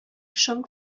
шом